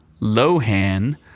Lohan